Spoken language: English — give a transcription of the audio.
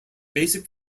basic